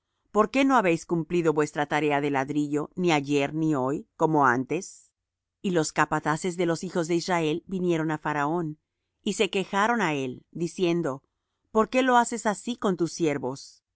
por qué no habéis cumplido vuestra tarea de ladrillo ni ayer ni hoy como antes y los capataces de los hijos de israel vinieron á faraón y se quejaron á él diciendo por qué lo haces así con tus siervos